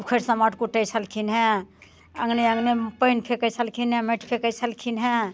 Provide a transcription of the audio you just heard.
उखड़ि सम्मठि कूटैत छलखिन हँ अङ्गने अङ्गने पानि फेँकैत छलखिन हँ माटि फेँकैत छलखिन हँ